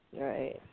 Right